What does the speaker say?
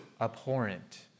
abhorrent